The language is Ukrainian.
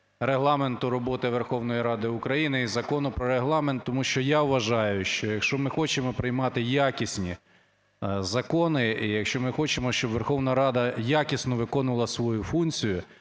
Регламенту роботи Верховної Ради України і Закону про Регламент. Тому що, я вважаю, що, якщо ми хочемо приймати якісні закони, якщо ми хочемо, щоб Верховна Рада якісно виконувала свою функцію,